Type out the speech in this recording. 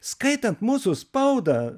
skaitant mūsų spaudą